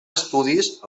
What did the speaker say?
estudis